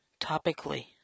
topically